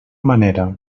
manera